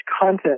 content